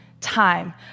time